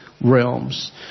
realms